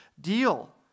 deal